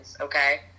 okay